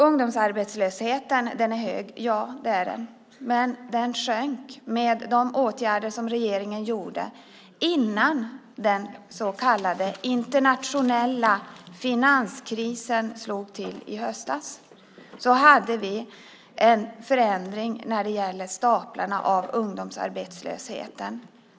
Ungdomsarbetslösheten är hög - ja, det är den - men den sjönk med de åtgärder som regeringen genomförde. Innan den så kallade internationella finanskrisen slog till i höstas hade vi en förändring i staplarna för ungdomsarbetslösheten.